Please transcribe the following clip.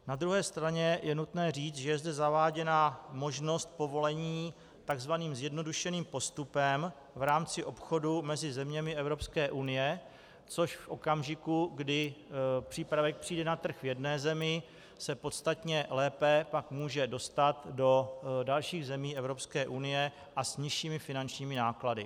Na druhé straně je nutné říct, že je zde zaváděna možnost povolení tzv. zjednodušeným postupem v rámci obchodu mezi zeměmi Evropské unie, což v okamžiku, kdy přípravek přijde na trh v jedné zemi, se pak podstatně lépe může dostat do dalších zemí Evropské unie a s nižšími finančními náklady.